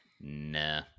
nah